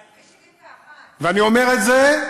על כביש 71. ואני אומר את זה,